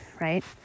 right